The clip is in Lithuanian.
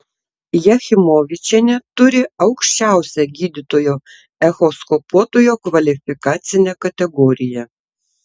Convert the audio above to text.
jachimovičienė turi aukščiausią gydytojo echoskopuotojo kvalifikacinę kategoriją